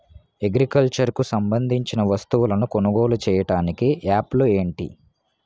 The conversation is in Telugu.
అగ్రికల్చర్ కు సంబందించిన వస్తువులను కొనుగోలు చేయటానికి యాప్లు ఏంటి?